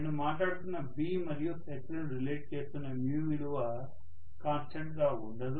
నేను మాట్లాడుతున్న B మరియు H లను రిలేట్ చేస్తున్న విలువ కాన్స్టెంట్ గా ఉండదు